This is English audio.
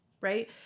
right